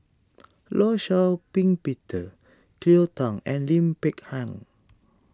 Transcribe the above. Law Shau Ping Peter Cleo Thang and Lim Peng Han